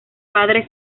padre